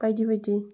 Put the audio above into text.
बायदि बायदि